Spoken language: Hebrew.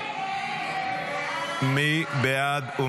מי בעד?